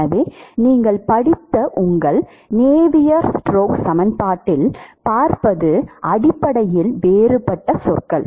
எனவே நீங்கள் படித்த உங்கள் நேவியர்ஸ் ஸ்டோக்ஸ் சமன்பாட்டில் நீங்கள் பார்ப்பது அடிப்படையில் வேறுபட்ட சொற்கள்